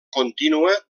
contínua